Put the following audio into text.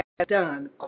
done